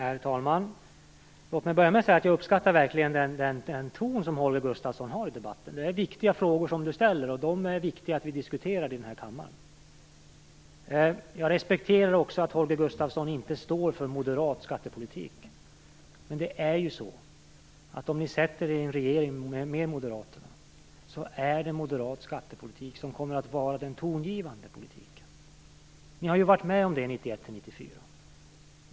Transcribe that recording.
Herr talman! Låt mig börja med att säga att jag verkligen uppskattar den ton som Holger Gustafsson har i debatten. Han ställer viktiga frågor, och det är viktigt att vi diskuterar dem här i kammaren. Jag respekterar också att Holger Gustafsson inte står för moderat skattepolitik. Men om ni sätter er i en regering med Moderaterna kommer moderat skattepolitik att vara tongivande. Ni har ju varit med om det 1991-94.